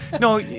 No